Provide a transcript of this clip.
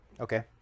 Okay